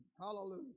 hallelujah